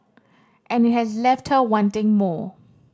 and it has left her wanting more